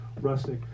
rustic